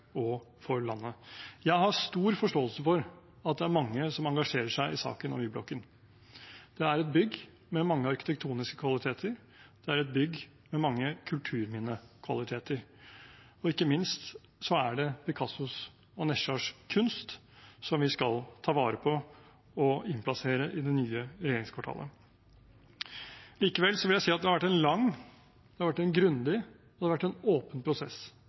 og for landet. Jeg har stor forståelse for at det er mange som engasjerer seg i saken om Y-blokken. Det er et bygg med mange arkitektoniske kvaliteter. Det er et bygg med mange kulturminnekvaliteter – ikke minst er det Picasso og Nesjars kunst, som vi skal ta vare på og omplassere i det nye regjeringskvartalet. Likevel vil jeg si at det har vært en lang, grundig og åpen prosess, der alle de ulike hensynene har vært veid og vurdert, og